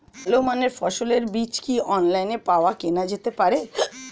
ভালো মানের ফসলের বীজ কি অনলাইনে পাওয়া কেনা যেতে পারে?